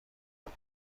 پاپ